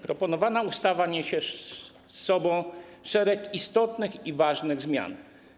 Proponowana ustawa niesie za sobą szereg istotnych i ważnych zmian.